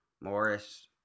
Morris